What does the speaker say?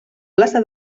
plaça